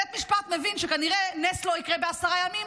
בית משפט מבין שכנראה נס לא יקרה בעשרה ימים,